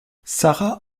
sara